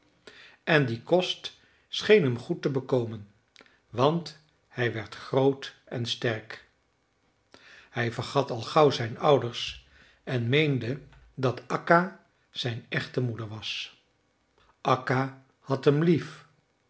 en die kost scheen hem goed te bekomen want hij werd groot en sterk hij vergat al gauw zijn ouders en meende dat akka zijn echte moeder was akka had hem lief